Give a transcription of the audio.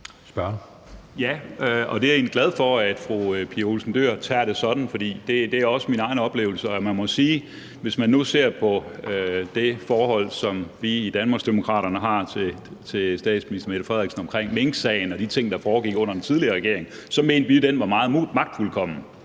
(DD): Jeg er egentlig glad for, at fru Pia Olsen Dyhr tager det sådan, for det er også min egen oplevelse. Og man må sige, at hvis man nu ser på det forhold, som vi i Danmarksdemokraterne har til statsministeren vedrørende minksagen og de ting, der foregik under den tidligere regering, så mente vi, den var meget magtfuldkommen